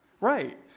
Right